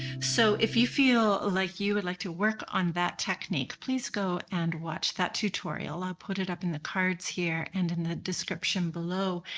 so if you feel like you would like to work on that technique, please go and watch that tutorial i'll put it up in the cards here and in the description below.